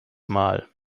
mal